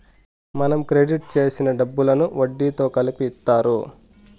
మనం క్రెడిట్ చేసిన డబ్బులను వడ్డీతో కలిపి ఇత్తారు